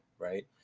Right